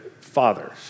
fathers